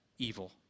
evil